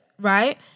Right